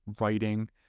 writing